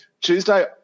Tuesday